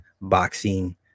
boxing